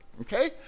okay